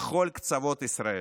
בכל קצוות ישראל.